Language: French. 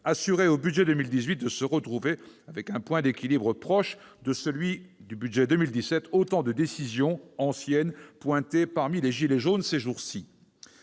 assurer au budget 2018 de se retrouver avec un point d'équilibre proche de celui du budget 2017. Autant de décisions anciennes pointées parmi les « gilets jaunes » ces jours-ci